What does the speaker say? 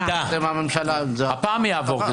הפעם יעבור.